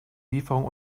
lieferung